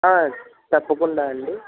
తప్పకుండా అండి